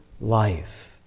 life